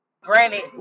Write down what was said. granted